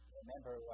remember